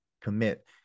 commit